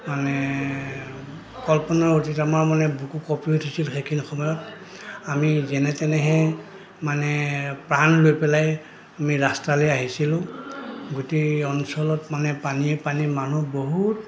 মানে কল্পনাৰ অতীত আমাৰ মানে বুকু কঁপি উঠিছিল সেইখিনি সময়ত আমি যেনে তেনেহে মানে প্ৰাণ লৈ পেলাই আমি ৰাস্তালৈ আহিছিলোঁ গোটেই অঞ্চলত মানে পানীয়ে পানী মানুহ বহুত